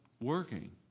working